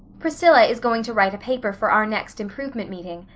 priscilla is going to write a paper for our next improvement meeting,